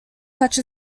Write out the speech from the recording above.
such